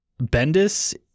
bendis